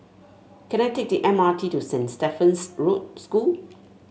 can I take the M R T to Saint Stephen's School